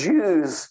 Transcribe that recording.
Jews